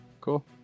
Cool